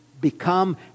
become